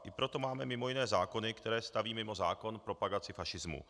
I proto máme mimo jiné zákony, které staví mimo zákon propagaci fašismu.